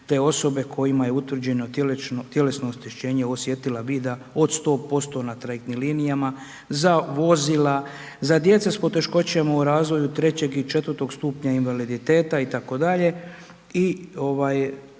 te osobe kojima je utvrđeno tjelesno oštećenje osjetila vida od 100% na trajektnim linijama za vozila, za djecu sa poteškoćama u razvoju III. i IV. stupnja invaliditeta itd.